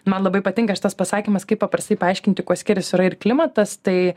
man labai patinka šitas pasakymas kaip paprastai paaiškinti kuo skiriasi orai ir klimatas tai